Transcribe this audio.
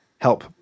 help